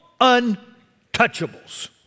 untouchables